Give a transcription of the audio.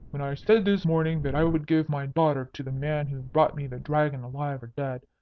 when i said this morning that i would give my daughter to the man who brought me the dragon alive or dead,